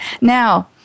Now